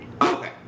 Okay